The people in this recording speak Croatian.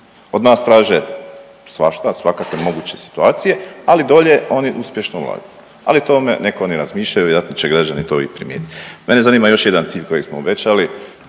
od nas traže svašta, svakakve moguće situacije, ali dolje oni uspješno vladaju. Ali o tome nek oni razmišljaju, vjerojatno će građani to i primijetiti. Mene zanima još jedan cilj kojeg smo obećali,